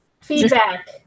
Feedback